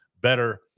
better